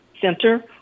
center